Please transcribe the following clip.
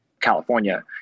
California